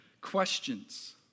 questions